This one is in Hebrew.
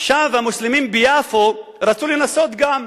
עכשיו המוסלמים ביפו רצו לנסות גם,